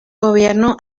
gobierno